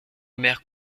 omer